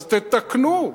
אז תתקנו.